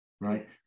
right